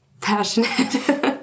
passionate